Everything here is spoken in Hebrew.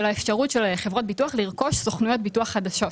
האפשרות של חברות ביטוח לרכוש סוכנויות ביטוח חדשות